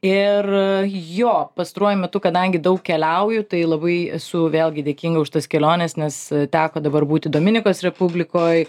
ir jo pastaruoju metu kadangi daug keliauju tai labai esu vėlgi dėkinga už tas keliones nes teko dabar būti dominikos republikoj